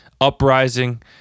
uprising